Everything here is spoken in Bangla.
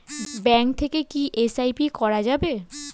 ব্যাঙ্ক থেকে কী এস.আই.পি করা যাবে?